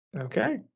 Okay